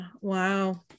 Wow